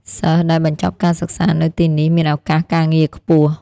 សិស្សដែលបញ្ចប់ការសិក្សានៅទីនេះមានឱកាសការងារខ្ពស់។